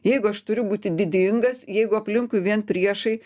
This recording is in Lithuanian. jeigu aš turiu būti didingas jeigu aplinkui vien priešai